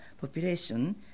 population